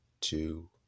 two